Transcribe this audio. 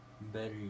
better